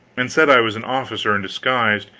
and said i was an officer in disguise,